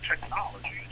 technology